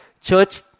church